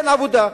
אין עבודה,